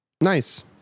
Nice